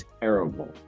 terrible